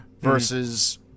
versus